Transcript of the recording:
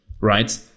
Right